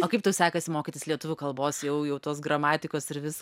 o kaip tau sekasi mokytis lietuvių kalbos jau jau tos gramatikos ir vis